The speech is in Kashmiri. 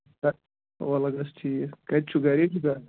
اَوا لَگس ٹھیٖک کَتہِ چھُکھ گری چھُکا